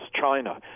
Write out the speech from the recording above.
China